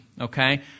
Okay